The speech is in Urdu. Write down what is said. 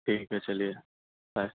ٹھیک ہے چلیے بائے